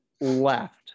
left